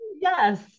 yes